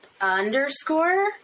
underscore